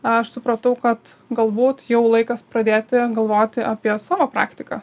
aš supratau kad galbūt jau laikas pradėti galvoti apie savo praktiką